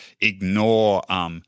ignore –